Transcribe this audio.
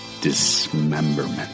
Dismemberment